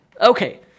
Okay